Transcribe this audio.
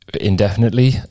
indefinitely